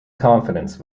confidence